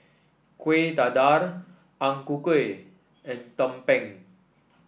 Kueh Dadar Ang Ku Kueh and tumpeng